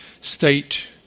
state